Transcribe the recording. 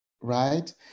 right